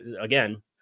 Again